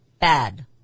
bad